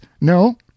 No